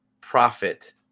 profit